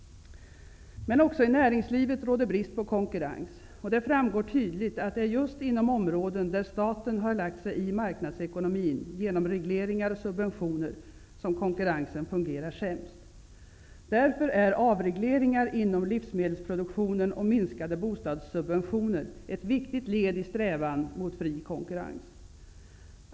Men också i näringslivet råder brist på konkurrens. Det framgår tydligt att det är just inom områden där staten har lagt sig i marknadsekonomin genom regleringar och subventioner som konkurrensen fungerar sämst. Därför är avregleringar inom livsmedelsproduktionen och minskade bostadssubventioner ett viktigt led i strävan mot fri konkurrens.